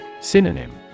Synonym